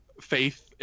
faith